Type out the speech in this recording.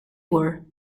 were